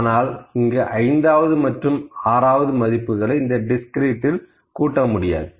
ஆனால் இங்கு ஐந்தாவது மற்றும் ஆறாவது மதிப்புகளை கூட்ட முடியாது